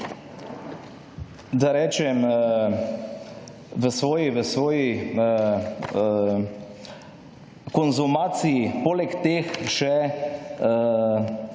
da rečem v svoji konzumaciji, poleg teh še